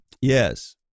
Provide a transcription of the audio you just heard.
Yes